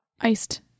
iced